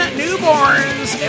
newborns